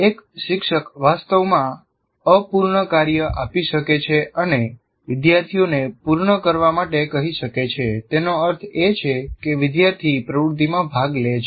એક શિક્ષક વાસ્તવમાં અપૂર્ણ કાર્ય આપી શકે છે અને વિદ્યાર્થીઓને પૂર્ણ કરવા માટે કહી શકે છે તેનો અર્થ એ છે કે વિદ્યાર્થી પ્રવૃત્તિમાં ભાગ લે છે